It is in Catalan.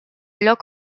lloc